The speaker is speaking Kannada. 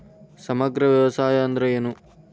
ಸಮಗ್ರ ವ್ಯವಸಾಯ ಅಂದ್ರ ಏನು?